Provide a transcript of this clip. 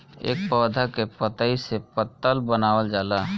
ए पौधा के पतइ से पतल बनावल जाला